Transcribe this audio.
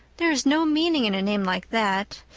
there is no meaning in a name like that.